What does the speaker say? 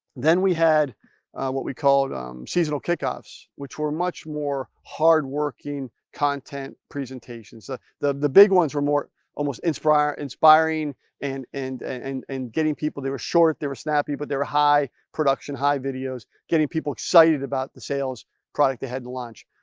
then we had what we called seasonal kickoffs, which were much more hard working, content presentations. ah the big ones were more inspiring inspiring and and and and getting people. they were short, they were snappy, but they were high production high videos, getting people excited about the sales product, they had to launch.